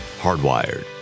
Hardwired